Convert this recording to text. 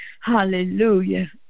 Hallelujah